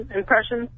impression